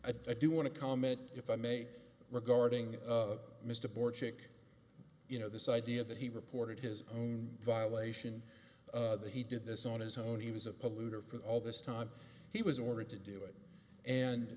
a do want to comment if i made regarding mr bork chick you know this idea that he reported his own violation that he did this on his own he was a polluter for all this time he was ordered to do it and